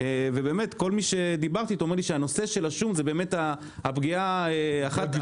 ובאמת כל מי שדיברתי איתו אמר לי שהנושא של השום זו אחת הפגיעות הקשות,